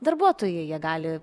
darbuotojai jie gali